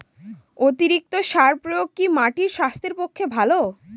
অতিরিক্ত সার প্রয়োগ কি মাটির স্বাস্থ্যের পক্ষে ভালো?